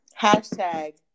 Hashtag